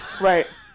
Right